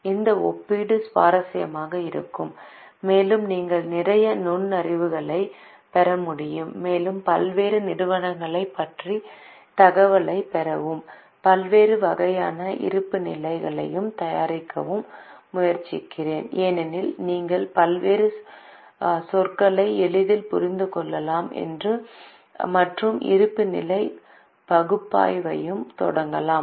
இந்த ஒப்பீடு சுவாரஸ்யமாக இருக்கும் மேலும் நீங்கள் நிறைய நுண்ணறிவுகளைப் பெற முடியும் மேலும் பல்வேறு நிறுவனங்களைப் பற்றிய தரவைப் பெறவும் பல்வேறு வகையான இருப்புநிலை களைத் தயாரிக்கவும் முயற்சிக்கிறேன் ஏனெனில் நீங்கள் பல்வேறு சொற்களை எளிதில் புரிந்து கொள்ளலாம் மற்றும் இருப்புநிலை ப் பகுப்பாய்வையும் தொடங்கலாம்